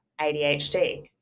ADHD